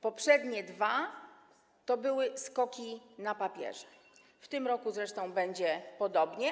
Poprzednie dwa to były skoki na papierze, w tym roku zresztą będzie podobnie.